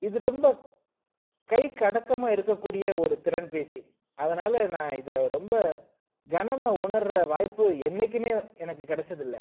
இது ரொம்ப கைக்கு அடக்கமாக இருக்கற கூடிய ஒரு திறன்பேசி அதனால் நான் இதை ரொம்ப கனமாக உணர்ர வாய்ப்பு என்றைக்குமே எனக்கு கிடச்சதில்ல